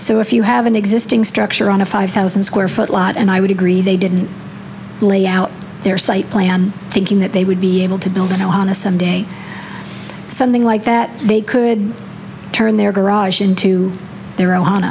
so if you have an existing structure on a five thousand square foot lot and i would agree they didn't lay out their site plan thinking that they would be able to build an ohana someday something like that they could turn their garage into their o